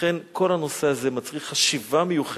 לכן, כל הנושא הזה מצריך חשיבה מיוחדת,